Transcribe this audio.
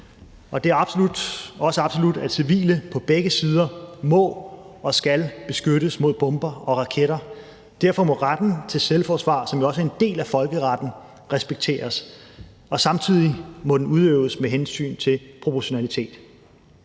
Det er også et absolut, at civile på begge sider må og skal beskyttes mod bomber og raketter. Derfor må retten til selvforsvar, som jo også er en del af folkeretten, respekteres. Samtidig må den udøves under hensyn til proportionalitet.